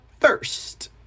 first